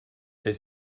est